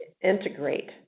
integrate